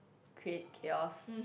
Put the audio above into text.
create chaos